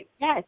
Yes